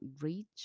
reach